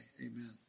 amen